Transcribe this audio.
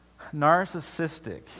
narcissistic